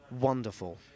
wonderful